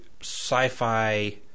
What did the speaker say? sci-fi